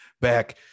back